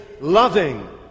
loving